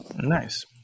Nice